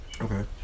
Okay